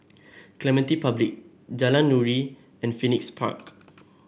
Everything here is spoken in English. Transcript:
Clementi Public Jalan Nuri and Phoenix Park